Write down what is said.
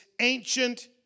ancient